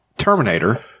Terminator